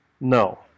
No